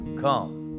come